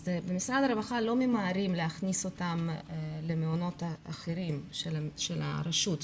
במשרד הרווחה לא ממהרים להכניס אותם למעונות אחרים של הרשות,